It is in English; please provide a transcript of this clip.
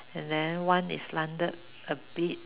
and then one is slanted a bit